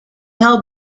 held